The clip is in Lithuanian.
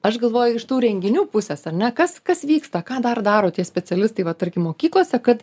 aš galvoju iš tų renginių pusės ar ne kas kas vyksta ką dar daro tie specialistai va tarkim mokyklose kad